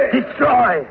Destroy